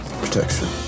Protection